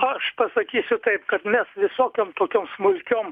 aš pasakysiu taip kad mes visokiom tokiom smulkiom